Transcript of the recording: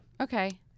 okay